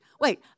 Wait